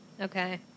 okay